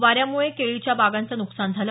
वाऱ्यामुळं केळीच्या बागांचं नुकसान झालं